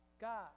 God